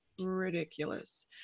ridiculous